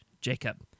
Jacob